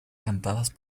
cantadas